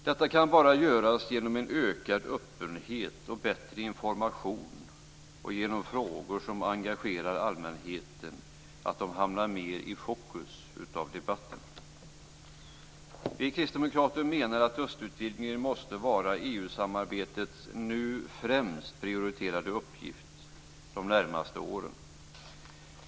Detta kan göras bara genom en ökad öppenhet och bättre information och genom frågor som engagerar allmänheten, så att de hamnar mer i fokus av debatten. Vi kristdemokrater menar att östutvidgningen måste vara EU-samarbetets främst prioriterade uppgift de närmaste åren.